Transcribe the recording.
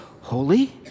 holy